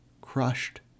crushed